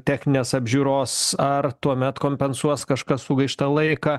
techninės apžiūros ar tuomet kompensuos kažkas sugaištą laiką